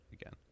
again